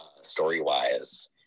story-wise